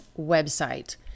website